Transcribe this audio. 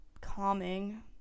calming